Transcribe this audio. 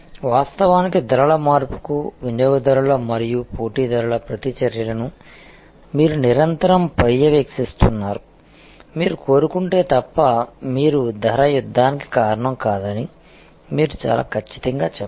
వాస్తవానికి ధరల మార్పుకు వినియోగదారుల మరియు పోటీదారుల ప్రతిచర్యలను మీరు నిరంతరం పర్యవేక్షిస్తున్నారు మీరు కోరుకుంటే తప్ప మీరు ధర యుద్ధానికి కారణం కాదని మీరు చాలా ఖచ్చితంగా చెప్పాలి